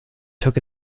took